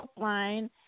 line